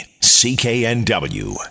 CKNW